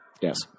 Yes